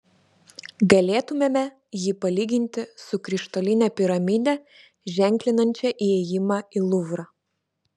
galėtumėme jį palyginti su krištoline piramide ženklinančia įėjimą į luvrą